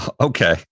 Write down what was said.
Okay